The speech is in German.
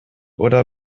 oder